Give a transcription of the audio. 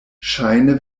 ŝajne